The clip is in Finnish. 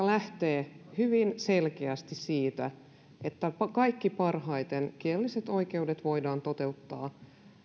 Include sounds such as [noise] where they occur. [unintelligible] lähtee hyvin selkeästi siitä että kaikkein parhaiten kielelliset oikeudet voidaan toteuttaa